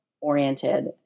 oriented